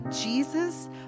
Jesus